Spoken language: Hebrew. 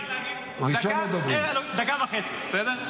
אני רוצה רק להגיב דקה וחצי, בסדר?